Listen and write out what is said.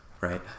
right